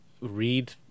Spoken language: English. read